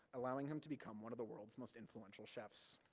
allowing him to become one of the world's most influential chefs.